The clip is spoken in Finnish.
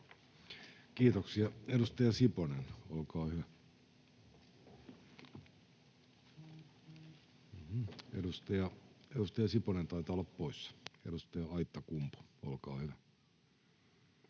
Kiitoksia. — Edustaja Siponen, olkaa hyvä. Edustaja Siponen taitaa olla poissa. Edustaja Aittakumpu, olkaa hyvä.